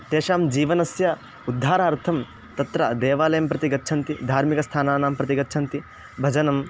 तेषां जीवनस्य उद्धारार्थं तत्र देवालयं प्रति गच्छन्ति धार्मिकस्थानानां प्रति गच्छन्ति भजनम्